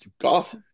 Golf